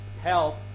help